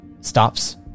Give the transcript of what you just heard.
stops